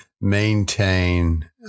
maintain